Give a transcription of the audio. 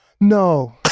no